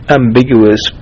ambiguous